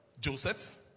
Joseph